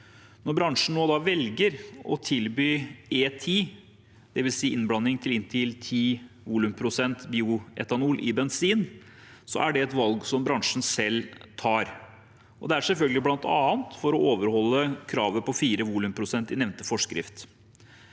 Når bransjen nå velger å tilby E10, dvs. innblanding til inntil 10 volumprosent bioetanol i bensin, er det et valg som bransjen selv tar. Det er selvfølgelig bl.a. for å overholde kravet på 4 volumprosent i nevnte forskrift.